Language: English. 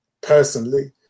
Personally